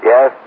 Yes